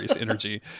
energy